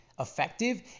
effective